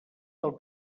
del